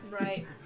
Right